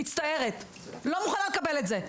מצטערת, אני לא מוכנה לקבל את זה.